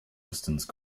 distance